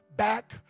Back